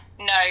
No